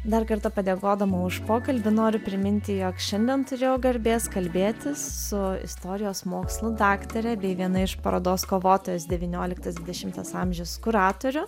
dar kartą padėkodama už pokalbį noriu priminti jog šiandien turėjau garbės kalbėtis su istorijos mokslų daktare bei viena iš parodos kovotojos devynioliktas dvidešimtas amžius kuratorių